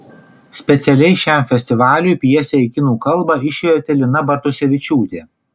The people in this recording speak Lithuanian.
specialiai šiam festivaliui pjesę į kinų kalbą išvertė lina bartusevičiūtė